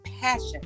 passion